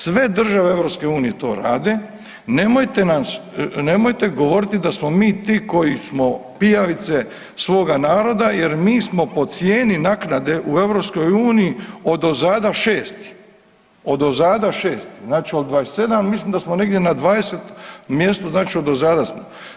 Sve države EU to rade, nemojte nas, nemojte govoriti da smo mi ti koji smo pijavice svoga naroda jer mi smo po cijeni naknade u EU odozada šesti, odozada šesti, znači od 27 mislim da smo negdje na 20 mjestu znači odozada smo.